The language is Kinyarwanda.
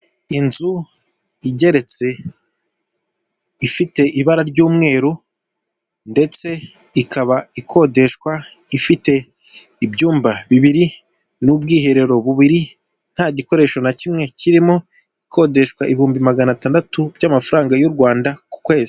Inzu igeretse ifite ibara ry'umweru ndetse ikaba ikodeshwa, ifite ibyumba bibiri, n'ubwiherero bubiri, nta gikoresho na kimwe kirimo, ikodeshwa ibihumbi magana atandatu by'amafaranga y'u Rwanda ku kwezi.